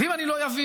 ואם אני לא אביא,